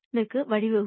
க்கு வழிவகுக்கும்